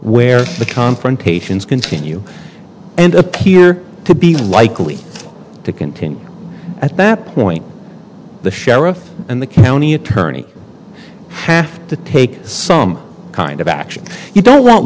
where the confrontations continue and appear to be likely to continue at that point the sheriff and the county attorney have to take some kind of action you don't want